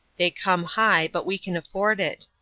they come high, but we can afford it.